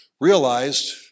realized